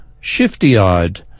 shifty-eyed